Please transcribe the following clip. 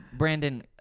Brandon